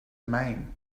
maine